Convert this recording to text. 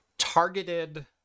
Targeted